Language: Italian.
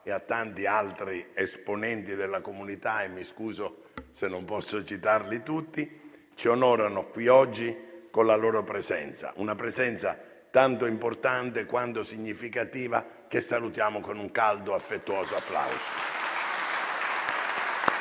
e a tanti altri esponenti della comunità - mi scuso se non posso citarli tutti - ci onorano qui oggi con la loro presenza: una presenza tanto importante quanto significativa che salutiamo con un caldo e affettuoso applauso.